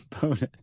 Bonus